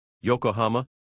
Yokohama